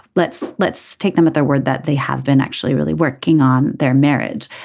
let's let's take them at their word that they have been actually really working on their marriage.